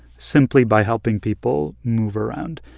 simply by helping people move around?